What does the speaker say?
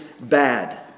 bad